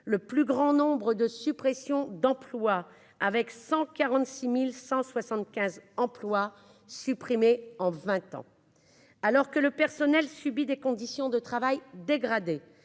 le plus grand nombre de suppressions d'emplois : 146 175 emplois disparus en vingt ans ! Le personnel subit des conditions de travail dégradées,